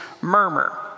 Murmur